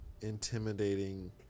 intimidating